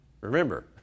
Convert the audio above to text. Remember